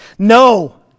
No